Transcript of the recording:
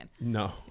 no